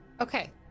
Okay